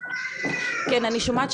אני לא חושבת,